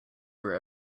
for